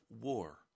war